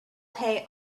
pay